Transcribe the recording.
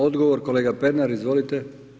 Odgovor kolega Pernar, izvolite.